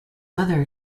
mother